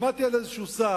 שמעתי על איזה שר